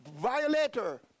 violator